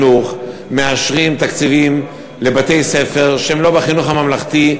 האם משרד החינוך מאשר תקציבים לבתי-ספר שהם לא בחינוך הממלכתי,